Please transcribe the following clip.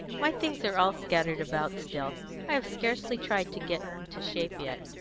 my things are all scattered about still i have scarcely tried to get into shape yet.